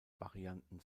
varianten